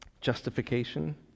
Justification